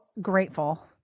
grateful